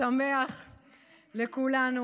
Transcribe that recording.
שמח לכולנו.